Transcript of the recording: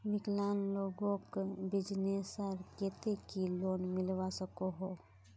विकलांग लोगोक बिजनेसर केते की लोन मिलवा सकोहो?